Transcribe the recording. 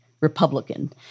Republican